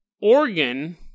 organ